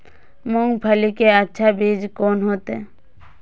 मूंगफली के अच्छा बीज कोन होते?